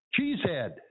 Cheesehead